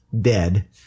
Dead